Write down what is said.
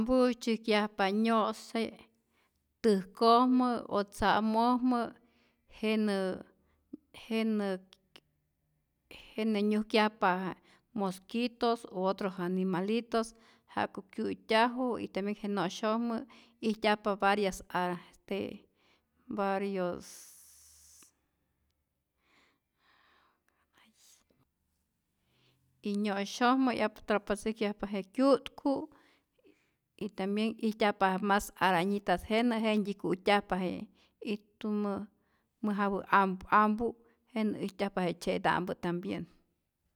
Bu tzyäjkyajpa nyo'se täjkojmä o tza'mojmä, jenä jenä jenä nyujkyajpa mosquitos o otros animalitos ja'ku kyu'tyaju y tambien je no'syojmä ijtyajpa varias a te varios, y nyo'syojmä yatrapatzäjkyajpa je kyu'tku y tambien ijtyajpa mas arañitas, jenä jentyi ku'tyajpa je ijtumä mäjapä am ampu, jenä ijtyajpa je tzye'ta'mpä tambien.